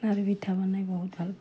লাড়ু পিঠা বনাই বহুত ভাল পাওঁ